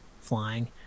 flying